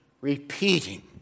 repeating